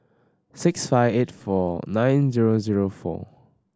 six five eight four nine zero zero four